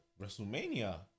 WrestleMania